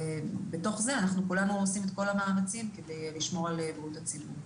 ובתוך זה אנחנו כולנו עושים את כל המאמצים כדי לשמור על בריאות הציבור.